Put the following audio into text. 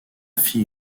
fit